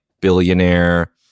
billionaire